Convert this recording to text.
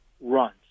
runs